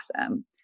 awesome